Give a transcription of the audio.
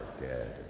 dead